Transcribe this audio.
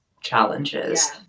challenges